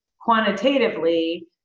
quantitatively